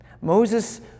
Moses